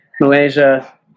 Malaysia